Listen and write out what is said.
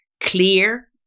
clear